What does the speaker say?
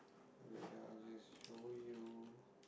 wait ah I'll just show you